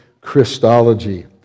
Christology